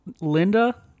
Linda